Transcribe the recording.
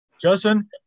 Justin